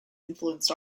influenced